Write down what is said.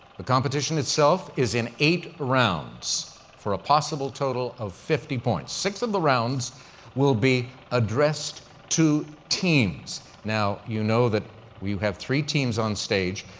the competition itself is in eight rounds for a possible total of fifty points. six of the rounds will be addressed to teams. now, you know that we have three teams on stage.